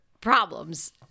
problems